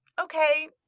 okay